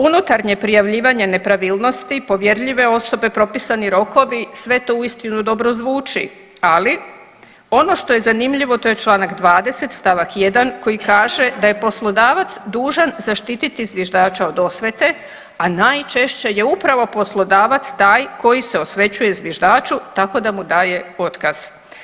Unutarnje prijavljivanje nepravilnosti povjerljive osobe, propisani rokovi sve to uistinu dobro zvuči, ali ono što je zanimljivo to je Članak 20. stavak 1. koji kaže da je poslodavac dužan zaštiti zviždača od osvete, a najčešće je upravo poslodavac taj koji se osvećuje zviždaču tako da mu daje otkaz.